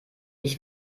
ich